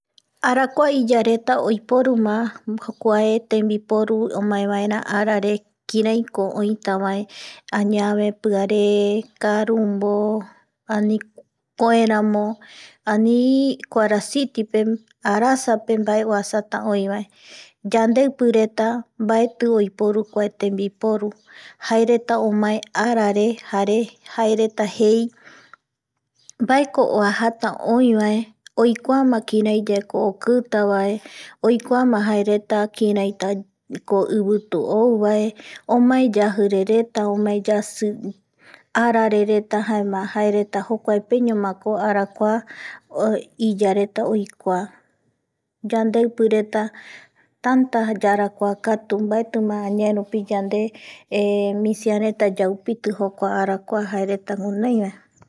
Arakua iyareta oiporuma kua tembiporu omaevaera arare kirai ko oitavae añave, piare, karumbo, ani koeramo anii kuarasitipe arasape mbae oasata oïvae yandeipireta mbaeti oiporu kua tembiporu jaereta omae ararejare jaereta jei mbaeko oajata oïvae oikuama kiraiyaveko okitavae oikuama jaereta kiraitako ivitu outavae omae yajirereta omae yasi, arare reta jaema jaereta jokuae peñomako arakua iyareta oikua yandeiireta tanta yarakuakatu mbaetima añaverupi yande misiareta yaupiti jokua arakua jaereta guinoivae